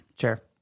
Sure